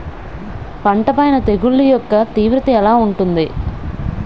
పంట పైన తెగుళ్లు యెక్క తీవ్రత ఎలా ఉంటుంది